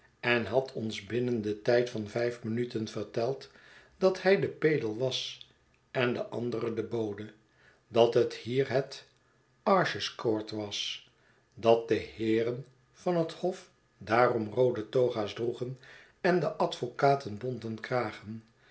eu had ons binnen den tijd van vijf minuten verteld dat hij de pedel was en de andere de bode dat het hier het arches court was dat de heeren van het hof daarom roode toga's droegen en de advokaten bonten kragen